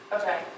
Okay